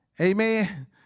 Amen